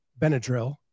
Benadryl